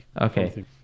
Okay